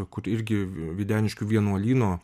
kur irgi videniškių vienuolyno